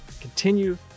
continue